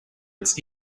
its